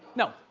no,